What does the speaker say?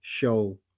show